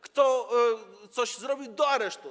Kto coś zrobił - do aresztu.